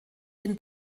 den